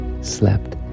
slept